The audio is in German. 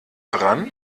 dran